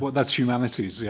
that's humanities. yeah,